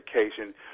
education